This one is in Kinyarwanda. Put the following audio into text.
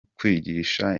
kwigisha